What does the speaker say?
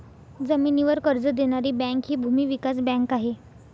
जमिनीवर कर्ज देणारी बँक हि भूमी विकास बँक आहे